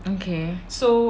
okay